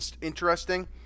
interesting